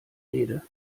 rede